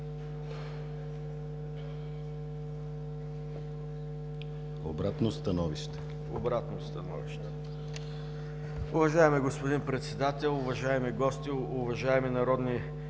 КИРИЛОВ (ГЕРБ): Обратно становище. Уважаеми господин Председател, уважаеми гости, уважаеми народни